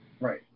Right